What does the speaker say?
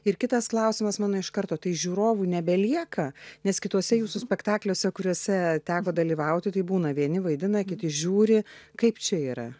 ir kitas klausimas mano iš karto tai žiūrovų nebelieka nes kituose jūsų spektakliuose kuriuose teko dalyvauti tai būna vieni vaidina kiti žiūri kaip čia yra